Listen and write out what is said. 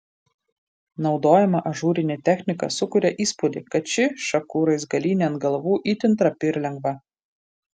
naudojama ažūrinė technika sukuria įspūdį kad ši šakų raizgalynė ant galvų itin trapi ir lengva